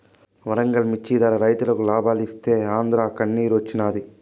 వరంగల్ మిచ్చి ధర రైతులకి లాబాలిస్తీ ఆంద్రాల కన్నిరోచ్చినాది